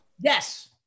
Yes